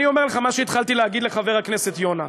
אני אומר לך מה שהתחלתי להגיד לחבר הכנסת יונה,